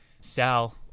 Sal